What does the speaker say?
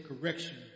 correction